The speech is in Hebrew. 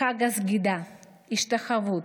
חג הסגידה, ההשתחוות,